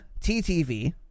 TTV